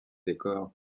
décors